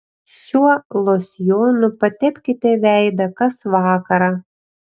šiuo losjonu patepkite veidą kas vakarą